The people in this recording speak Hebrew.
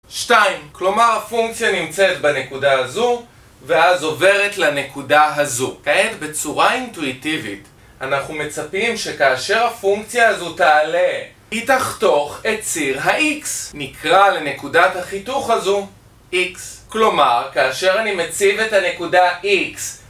2. כלומר הפונקציה נמצאת בנקודה הזו ואז עוברת לנקודה הזו. כעת בצורה אינטואיטיבית אנחנו מצפים שכאשר הפונקציה הזו תעלה היא תחתוך את ציר ה-X נקרא לנקודת החיתוך הזו X כלומר כאשר אני מציב את הנקודה X